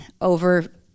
over